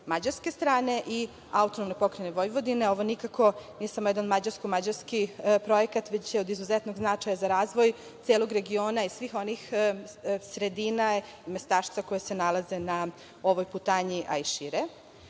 Mađarske strane i AP Vojvodine. Ovo nikako nije samo jedan mađarsko-mađarski projekat, već je od izuzetnog značaja za razvoj celog regiona i svih onih sredina i mestašca koja se nalaze na ovoj putanji, a i šire.Za